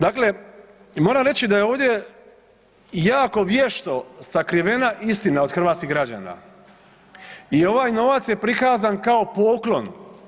Dakle, moram reći da je ovdje jako vješto sakrivena istina od hrvatskih građana i ovaj novac je prikazan kao poklon.